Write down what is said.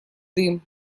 дым